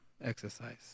exercise